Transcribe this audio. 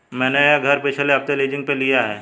मैंने यह घर पिछले हफ्ते लीजिंग पर लिया है